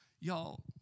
Y'all